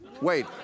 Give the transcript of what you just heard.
Wait